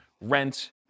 rent